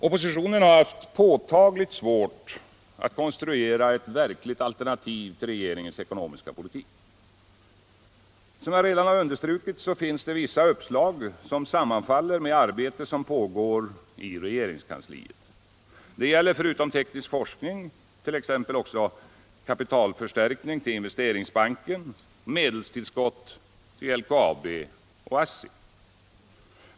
Oppositionen har haft påtagligt svårt att konstruera ett verkligt alternativ till regeringens ekonomiska politik. Som jag redan har understrukit finns det vissa uppslag som sammanfaller med arbete som pågår i regeringskansliet. Det gäller förutom teknisk forskning t.ex. också kapitalförstärkning till Investeringsbanken samt medelstillskott till LKAB och ASSI.